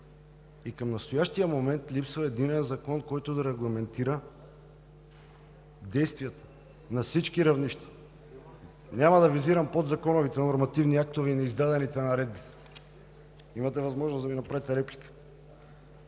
Към настоящия момент липсва единен закон, който да регламентира действията на всички равнища. Няма да визирам подзаконовите нормативни актове и издадените наредби. (Шум и реплики.) Ще имате възможност да ми направите реплика.